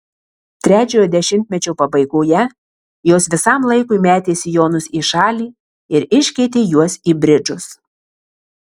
trečiojo dešimtmečio pabaigoje jos visam laikui metė sijonus į šalį ir iškeitė juos į bridžus